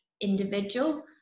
individual